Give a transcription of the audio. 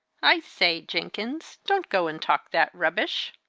i say, jenkins, don't go and talk that rubbish!